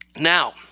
Now